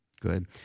Good